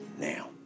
Now